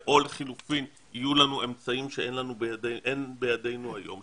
או לחילופין יהיו לנו אמצעים שאין בידנו היום,